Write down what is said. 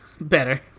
Better